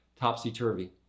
topsy-turvy